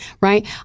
Right